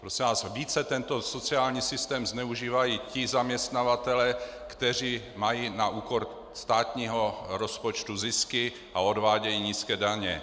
Prosím vás, více tento sociální systém zneužívají ti zaměstnavatelé, kteří mají na úkor státního rozpočtu zisky a odvádějí nízké daně.